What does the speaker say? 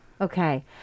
Okay